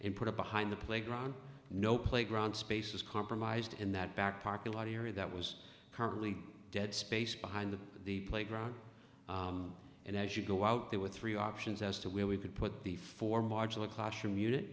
and put it behind the playground no playground spaces compromised in that back parking lot area that was currently dead space behind the the playground and as you go out there with three options as to where we could put the four marginal classroom unit